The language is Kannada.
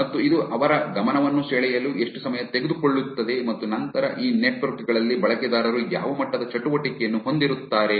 ಮತ್ತು ಇದು ಅವರ ಗಮನವನ್ನು ಸೆಳೆಯಲು ಎಷ್ಟು ಸಮಯ ತೆಗೆದುಕೊಳ್ಳುತ್ತದೆ ಮತ್ತು ನಂತರ ಈ ನೆಟ್ವರ್ಕ್ ಗಳಲ್ಲಿ ಬಳಕೆದಾರರು ಯಾವ ಮಟ್ಟದ ಚಟುವಟಿಕೆಯನ್ನು ಹೊಂದಿರುತ್ತಾರೆ